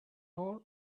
all